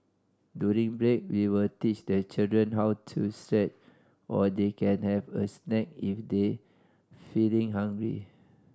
during break we will teach the children how to stretch or they can have a snack if they feeling hungry